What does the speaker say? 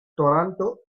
toronto